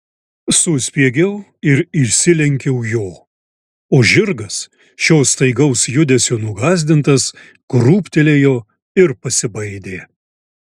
suspiegiau ir išsilenkiau jo o žirgas šio staigaus judesio nugąsdintas krūptelėjo ir pasibaidė